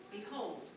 Behold